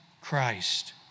Christ